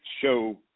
show